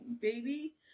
baby